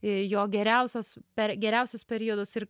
jo geriausios per geriausius periodus ir